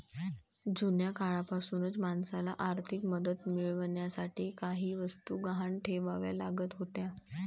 जुन्या काळापासूनच माणसाला आर्थिक मदत मिळवण्यासाठी काही वस्तू गहाण ठेवाव्या लागत होत्या